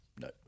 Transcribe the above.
No